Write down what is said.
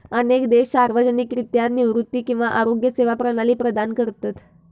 अनेक देश सार्वजनिकरित्या निवृत्ती किंवा आरोग्य सेवा प्रणाली प्रदान करतत